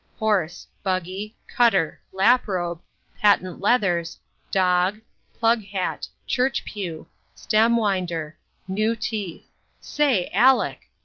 horse buggy cutter lap-robe patent-leathers dog plug-hat church-pew stem-winder new teeth say, aleck!